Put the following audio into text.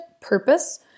purpose